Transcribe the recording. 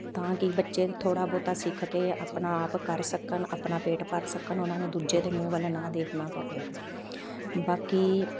ਤਾਂ ਕਿ ਬੱਚੇ ਨੂੰ ਥੋੜ੍ਹਾ ਬਹੁਤਾ ਸਿੱਖ ਕੇ ਆਪਣਾ ਆਪ ਕਰ ਸਕਣ ਆਪਣਾ ਪੇਟ ਭਰ ਸਕਣ ਉਹਨਾਂ ਨੂੰ ਦੂਜੇ ਦੇ ਮੂੰਹ ਵੱਲ ਨਾ ਦੇਖਣਾ ਪਵੇ ਬਾਕੀ